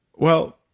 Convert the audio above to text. well,